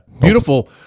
beautiful